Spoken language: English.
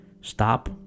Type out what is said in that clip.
stop